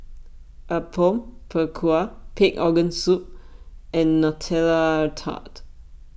Apom Berkuah Pig Organ Soup and Nutella Tart